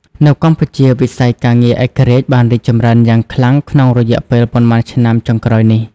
នៅកម្ពុជាវិស័យការងារឯករាជ្យបានរីកចម្រើនយ៉ាងខ្លាំងក្នុងរយៈពេលប៉ុន្មានឆ្នាំចុងក្រោយនេះ។